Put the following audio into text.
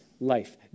life